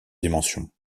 dimension